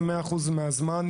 100% מהזמן,